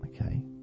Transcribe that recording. okay